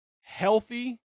healthy